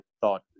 thought